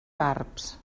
barbs